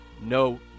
No